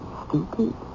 stupid